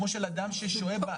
כמו של אדם ששוהה בקהילה.